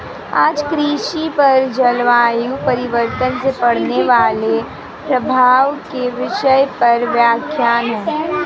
आज कृषि पर जलवायु परिवर्तन से पड़ने वाले प्रभाव के विषय पर व्याख्यान है